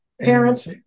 parents